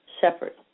separate